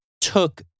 took